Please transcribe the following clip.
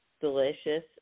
delicious